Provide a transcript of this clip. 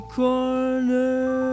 corner